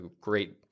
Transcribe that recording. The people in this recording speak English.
great